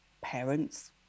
parents